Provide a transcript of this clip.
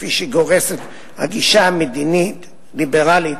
כפי שגורסת הגישה המדינית הליברלית,